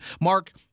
Mark